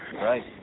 right